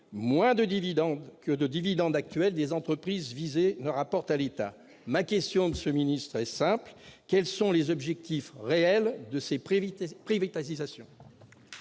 moins que les dividendes actuels des entreprises visées ne rapportent à l'État ? Ma question est simple : quels sont les objectifs réels de ces privatisations ?